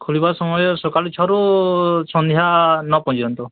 ଖୋଲିବା ସମୟ ସକାଳ ଛଅରୁ ସନ୍ଧ୍ୟା ନଅ ପର୍ଯ୍ୟନ୍ତ